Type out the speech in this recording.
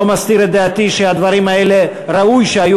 אני לא מסתיר את דעתי שהדברים האלה ראוי שהיו